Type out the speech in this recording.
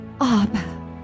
Abba